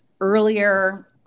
earlier